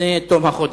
לפני תום החודש.